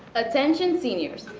attention seniors,